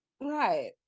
right